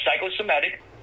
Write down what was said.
psychosomatic